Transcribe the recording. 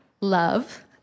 love